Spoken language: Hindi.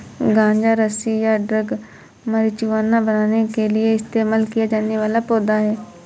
गांजा रस्सी या ड्रग मारिजुआना बनाने के लिए इस्तेमाल किया जाने वाला पौधा है